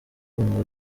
kundwa